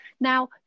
now